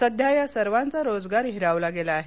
सध्या यासर्वांचा रोजगार हिरावला गेला आहे